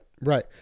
right